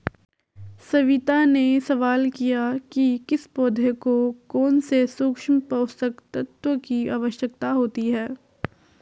सविता ने सवाल किया कि किस पौधे को कौन से सूक्ष्म पोषक तत्व की आवश्यकता होती है